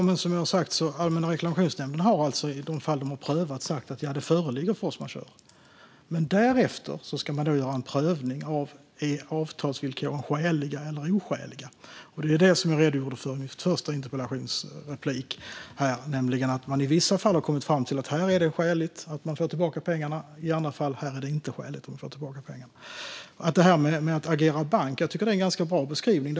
Fru talman! Allmänna reklamationsnämnden har som sagt i de fall de har prövat sagt att force majeure föreligger. Men därefter ska man göra en prövning av om avtalsvillkoren är skäliga eller oskäliga. Det var det jag redogjorde för i mitt första inlägg, nämligen att man i vissa fall har kommit fram till att det är skäligt få tillbaka pengarna men i andra fall inte. Det här med att agera bank tycker jag är en ganska bra beskrivning.